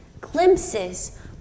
glimpses